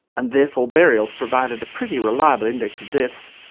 and therefore burials provided a pretty reliable index of deaths,